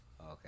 Okay